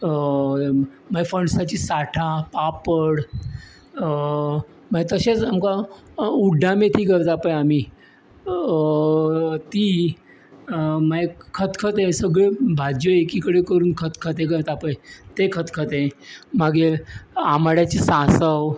म्हळ्यार फणसाचीं साठां पापड मागीर तशेंच आमकां उड्डामेथी करता पळय आमी ती मागीर खतखतें सगळे भाज्ज्यो एकी कडेन करून खतखतें करता पळय तें खतखतें मागीर आंबाड्याचें सांसव